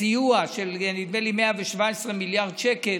סיוע של 117 מיליארד שקל,